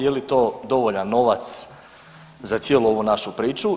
Je li to dovoljan novac za cijelu ovu našu priču?